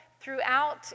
throughout